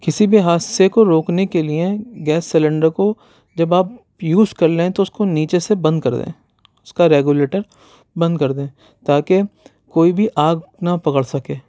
کسی بھی حادثے کو روکنے کے لئے گیس سیلنڈر کو جب آپ یوز کرلیں تو اُس کو نیچے سے بند کردیں اُس کا ریگولیٹر بند کردیں تاکہ کوئی بھی آگ نہ پکڑ سکے